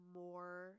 more